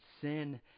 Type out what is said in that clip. sin